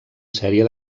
sèrie